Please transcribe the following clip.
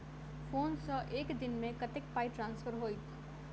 Phone सँ एक दिनमे कतेक पाई ट्रान्सफर होइत?